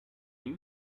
you